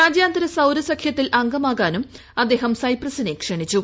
രാജ്യാന്തര സൌരസഖ്യത്തിൽ അംഗമാകാനും അദ്ദേഹം സൈപ്രസിനെ ക്ഷണിച്ചു